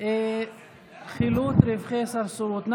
חילוט רווחי סרסרות.